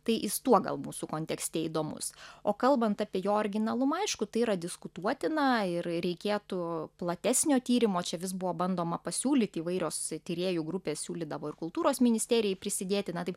tai jis tuo gal mūsų kontekste įdomus o kalbant apie jo originalumą aišku tai yra diskutuotina ir reikėtų platesnio tyrimo čia vis buvo bandoma pasiūlyti įvairios tyrėjų grupės siūlydavo ir kultūros ministerijai prisidėti na taip